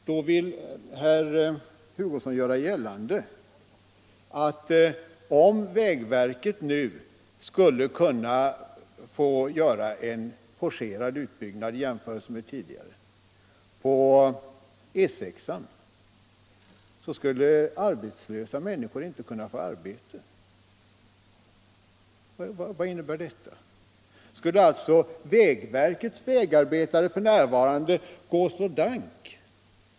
Då vill herr Hugosson göra gällande att om vägverket nu skulle få göra en forcerad utbyggnad i jämförelse med tidigare på E 6 skulle arbetslösa människor inte kunna få arbete. Vad innebär detta? Skulle alltså vägverkets arbetare f. n. slå dank?